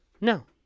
No